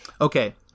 okay